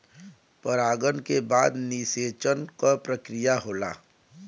परागन के बाद निषेचन क प्रक्रिया होला